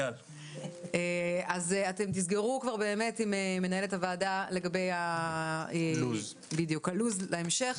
אתם תסגרו עם מנהלת הוועדה לגבי הלו"ז להמשך.